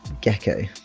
gecko